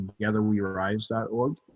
TogetherWeRise.org